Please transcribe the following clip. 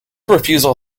refusal